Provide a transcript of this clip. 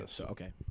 okay